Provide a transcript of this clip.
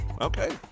okay